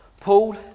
Paul